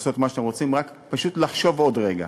לעשות מה שאתם רוצים, רק פשוט לחשוב עוד רגע.